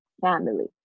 family